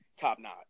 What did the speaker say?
top-notch